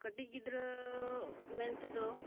ᱠᱟᱴᱤᱡ ᱜᱤᱫᱽᱨᱟᱹ ᱢᱮᱱᱛᱮ ᱫᱚ